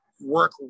work